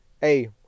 Hey